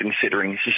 considering